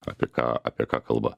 apie ką apie ką kalba